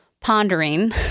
pondering